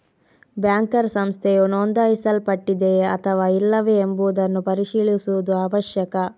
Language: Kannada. ಬ್ಯಾಂಕರ್ ಸಂಸ್ಥೆಯು ನೋಂದಾಯಿಸಲ್ಪಟ್ಟಿದೆಯೇ ಅಥವಾ ಇಲ್ಲವೇ ಎಂಬುದನ್ನು ಪರಿಶೀಲಿಸುವುದು ಅವಶ್ಯಕ